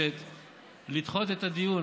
העם היהודי.